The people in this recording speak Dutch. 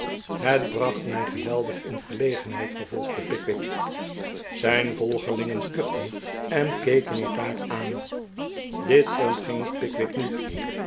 het bracht mij geweldig in verlegenheid vervolgde pickwick zijn volgelingen kuchten en keken elkaar aan dit ontging pickwick niet